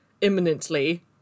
imminently